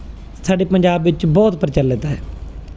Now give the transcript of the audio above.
ਸਾਡੇ ਪੰਜਾਬ ਵਿੱਚ ਬਹੁਤ ਪ੍ਰਚਲਿਤ ਹੈ